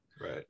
Right